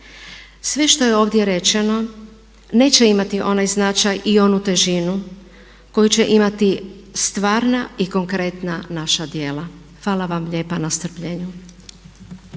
Sve što je ovdje rečeno neće imati onaj značaj i onu težinu koju će imati stvarna i konkretna naša djela. Hvala vam lijepa na strpljenju.